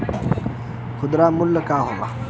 खुदरा मूल्य का होला?